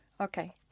Okay